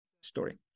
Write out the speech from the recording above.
story